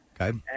okay